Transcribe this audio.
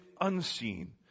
unseen